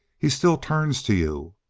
he still turns to you.